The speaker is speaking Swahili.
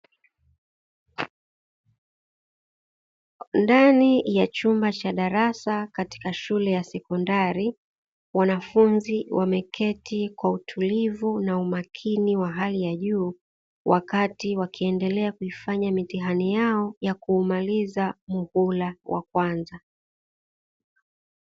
Ndani ya chumba cha darasa katika shule ya sekondari, wanafunzi wameketi kwa utulivu na umakini wa hali ya juu wakati wakiendelea kuifanya mitihani yao ya kumaliza muhula wa kwanza.